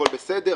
הכול בסדר,